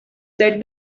said